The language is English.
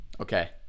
okay